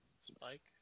Spike